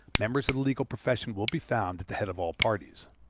members of the legal profession will be found at the head of all parties.